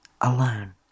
alone